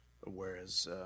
whereas